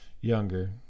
younger